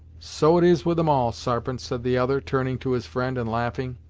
so it is with em, all, sarpent, said the other, turning to his friend and laughing,